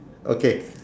okay